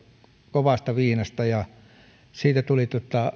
kovasta viinasta ja siitä tuli